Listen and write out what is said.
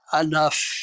enough